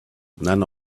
none